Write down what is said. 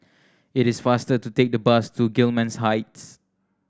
it is faster to take the bus to Gillman Heights